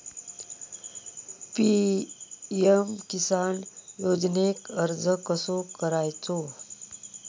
PM Kisan योजनेक अर्ज कसो करायचो?